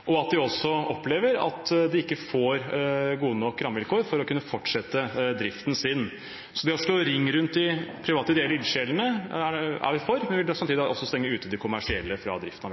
rådende politikken. De opplever også at de ikke får gode nok rammevilkår for å kunne fortsette driften sin. Så det å slå ring rundt de private ideelle ildsjelene er vi for, men vi vil samtidig stenge ute de kommersielle fra driften av